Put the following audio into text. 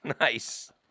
nice